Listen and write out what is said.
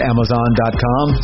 Amazon.com